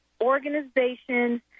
organizations